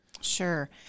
Sure